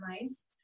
nice